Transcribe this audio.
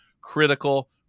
critical